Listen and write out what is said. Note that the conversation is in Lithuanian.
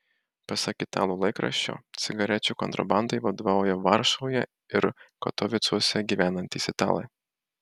pasak italų laikraščio cigarečių kontrabandai vadovauja varšuvoje ir katovicuose gyvenantys italai